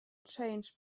changed